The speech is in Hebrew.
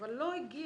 אבל לא הגיע.